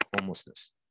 homelessness